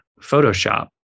Photoshop